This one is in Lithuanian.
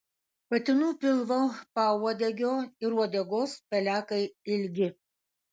patinų pilvo pauodegio ir uodegos pelekai ilgi